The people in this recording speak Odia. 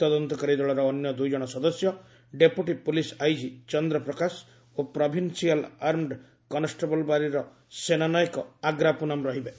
ତଦନ୍ତକାରୀ ଦଳର ଅନ୍ୟ ଦୁଇଜଣ ସଦସ୍ୟ ଡେପୁଟି ପୋଲିସ୍ ଆଇଜି ଚନ୍ଦ୍ରପ୍ରକାଶ ଓ ପ୍ରୋଭିନ୍ସିଆଲ ଆର୍ମଡ୍ କନଷ୍ଟବ୍ଲାରୀର ସେନା ନାୟକ ଆଗ୍ରା ପୁନମ୍ ରହିବେ